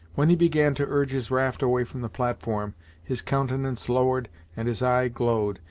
when he began to urge his raft away from the platform his countenance lowered and his eye glowed,